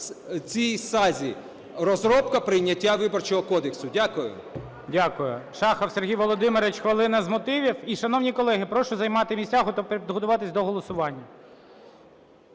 цій сазі – розробка, прийняття Виборчого кодексу. Дякую. ГОЛОВУЮЧИЙ. Дякую. Шахов Сергій Володимирович - хвилина з мотивів. І, шановні колеги, прошу займати місця, готуватися до голосування.